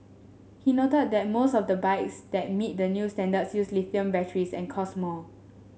he noted that most of the bikes that meet the new standards use lithium batteries and cost more